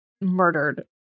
murdered